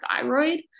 thyroid